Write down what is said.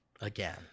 Again